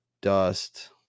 dust